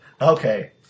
Okay